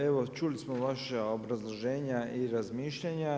Evo čuli smo vaša obrazloženja i razmišljanja.